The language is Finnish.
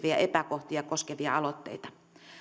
yhteiskunnassa esiintyviä epäkohtia koskevia aloitteita